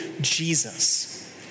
Jesus